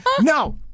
No